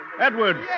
Edward